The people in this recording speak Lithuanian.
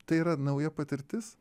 tai yra nauja patirtis